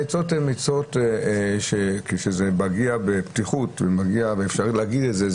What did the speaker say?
העצות מגיעות בפתיחות ואפשרי להגיד את זה.